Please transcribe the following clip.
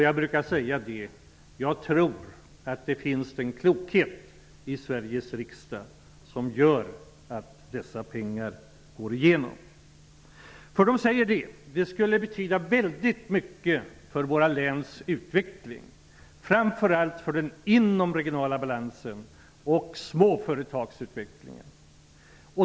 Jag brukar säga: Jag tror att den klokheten finns i Sveriges riksdag som gör att dessa pengar kommer att anslås. De säger: Det skulle betyda väldigt mycket för våra läns utveckling, framför allt för den inomregionala balansen och småföretagsutvecklingen.